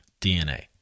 DNA